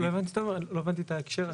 לא הבנתי את ההקשר.